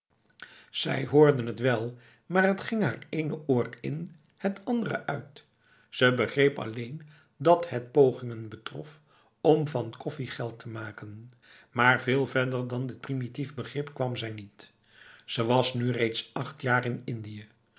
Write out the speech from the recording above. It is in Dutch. zij hoorde t wel maar het ging haar het ene oor in het andere uit ze begreep alleen dat het pogingen betrof om van koffie geld te maken maar veel verder dan dit primitief begrip kwam zij niet ze was nu reeds acht jaar in indië